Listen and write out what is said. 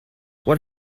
what